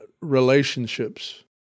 relationships